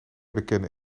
bekende